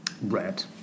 Red